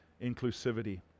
inclusivity